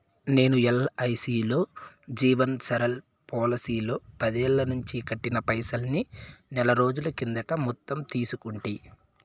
నేను ఎల్ఐసీలో జీవన్ సరల్ పోలసీలో పదేల్లనించి కట్టిన పైసల్ని నెలరోజుల కిందట మొత్తం తీసేసుకుంటి